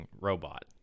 robot